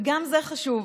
וגם זה חשוב,